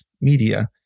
media